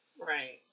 right